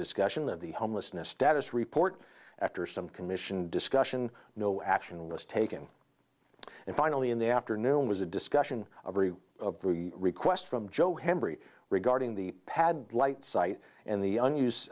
discussion of the homelessness status report after some commission discussion no action was taken and finally in the afternoon was a discussion of a request from joe henry regarding the pad light site and the